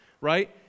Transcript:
right